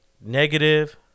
negative